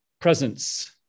presence